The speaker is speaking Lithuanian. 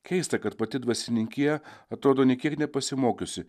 keista kad pati dvasininkija atrodo nė kiek nepasimokiusi